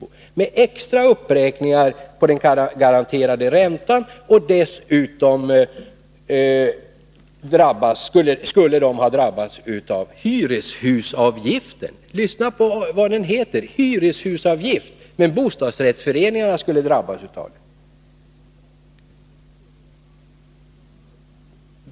De har pekat på hur de skulle drabbas av extra uppräkningar på den garanterade räntan och dessutom av hyreshusavgiften. Lägg märke till vad det heter: hyreshusavgift! Men det är bostadsrättsföreningar som skulle drabbas av det.